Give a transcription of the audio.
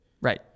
Right